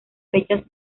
fechas